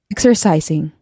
Exercising